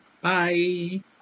Bye